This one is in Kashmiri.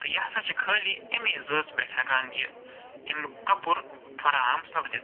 تہٕ یہِ ہسا چھُ خٲلی أمیٚے ذٲژ پٮ۪ٹھ یہِ اَمیٛک کَپُر فَراہَم سَپدِتھ